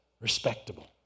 respectable